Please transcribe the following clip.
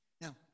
Now